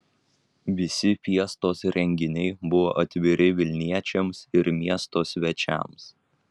visi fiestos renginiai buvo atviri vilniečiams ir miesto svečiams